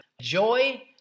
joy